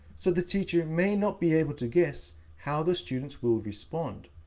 so the teacher may not be able to guess how the students will respond.